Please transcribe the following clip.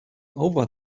over